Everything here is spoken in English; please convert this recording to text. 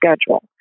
schedule